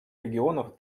регионов